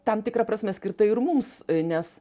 tam tikra prasme skirta ir mums nes